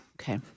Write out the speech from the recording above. Okay